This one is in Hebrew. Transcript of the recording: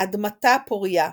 אדמתה הפוריה,